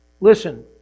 Listen